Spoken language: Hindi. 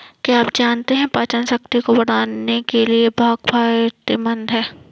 क्या आप जानते है पाचनशक्ति को बढ़ाने के लिए भांग फायदेमंद है?